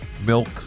milk